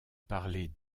parler